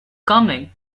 coming